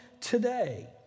today